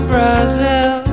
Brazil